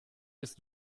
ist